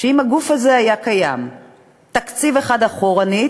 שאם הגוף הזה היה קיים תקציב אחד אחורנית,